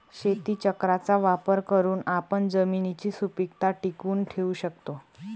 शेतीचक्राचा वापर करून आपण जमिनीची सुपीकता टिकवून ठेवू शकतो